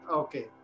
okay